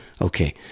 Okay